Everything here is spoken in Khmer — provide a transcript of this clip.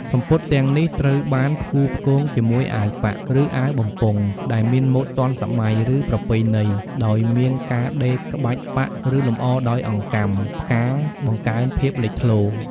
សំពត់ទាំងនេះត្រូវបានផ្គូផ្គងជាមួយអាវប៉ាក់ ឬអាវបំពង់ ដែលមានម៉ូដទាន់សម័យ ឬប្រពៃណី ដោយមានការដេរក្បាច់ប៉ាក់ ឬលម្អដោយអង្កាំ ផ្កា បង្កើនភាពលេចធ្លោ។